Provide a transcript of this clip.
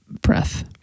breath